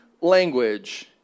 language